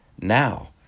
now